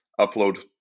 upload